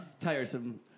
tiresome